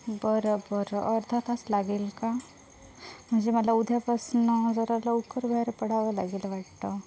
बरं बरं अर्धा तास लागेल का म्हणजे मला उद्यापासून जरा लवकर बाहेर पडावं लागेल वाटतं